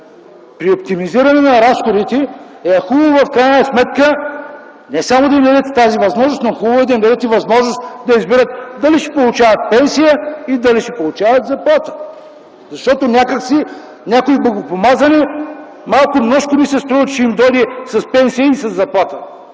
при оптимизиране на разходите е хубаво в крайна сметка не само да им се даде тази възможност, но е добре да им се даде и възможност да избират дали ще получават пенсия, или ще получават заплата. Защото някак си на някои богопомазани малко множко ми се струва, че ще им дойде с пенсия и със заплата.